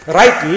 right